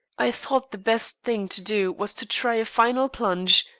i thought the best thing to do was to try a final plunge,